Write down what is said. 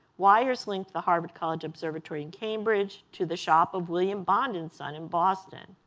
wires linked the harvard college observatory in cambridge to the shop of william bond and son in boston.